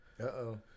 Uh-oh